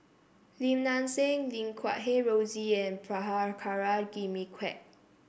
Lim Nang Seng Lim Guat Kheng Rosie and Prabhakara Jimmy Quek